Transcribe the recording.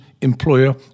employer